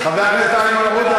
חבר הכנסת איימן עודָה,